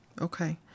Okay